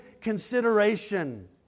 consideration